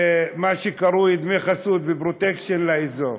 ומה שקרוי דמי חסות ופרוטקשן לאזור.